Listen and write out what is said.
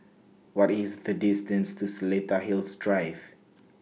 What IS The distance to Seletar Hills Drive